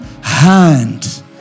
hand